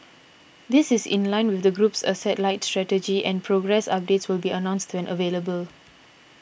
this is in line with the group's asset light strategy and progress updates will be announced when available